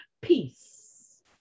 peace